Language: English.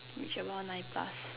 reach around nine plus